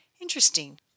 Interesting